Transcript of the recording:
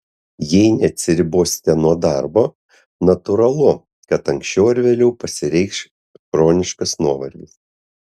jei neatsiribosite nuo darbo natūralu kad anksčiau ar vėliau pasireikš chroniškas nuovargis